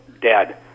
dead